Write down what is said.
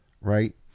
right